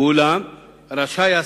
ואולם השר רשאי,